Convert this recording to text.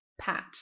pat